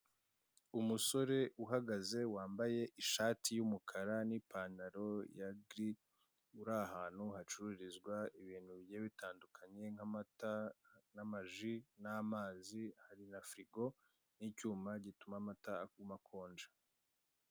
Umusore uhagaze wambaye ishati y'umukara n'ipantaro ya giri, uri ahantu hacururizwa ibintu bigiye bitandukanye nk'amata n'amaji n'amazi, hari na firigo n'icyuma gituma amata aguma akonje.